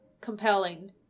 compelling